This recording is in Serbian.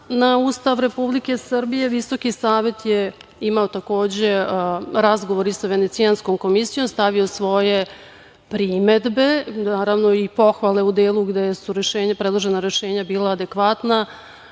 na Ustav Republike Srbije, Visoki savet je imao takođe razgovor i sa Venecijanskom komisijom, stavio svoje primedbe. Naravno i pohvale u delu gde su predložena rešenja bila adekvatna